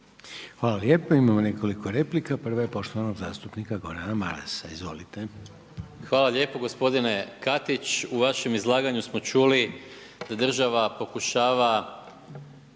Hvala lijepa. Imamo nekoliko replika. Prva je poštovanog zastupnika Gordana Marasa. Izvolite. **Maras, Gordan (SDP)** Hvala lijepo. Gospodine Katić u vašem izlaganju smo čuli da država pokušava